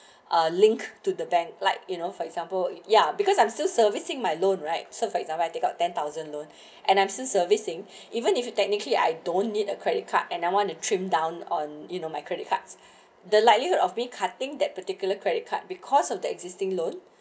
a link to the bank like you know for example ya because I'm still servicing my loan right so for example I take out ten thousand loan and I'm still servicing even if you technically I don't need a credit card and I want to trim down on you know my credit cards the likelihood of being cutting that particular credit card because of the existing loan